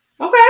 Okay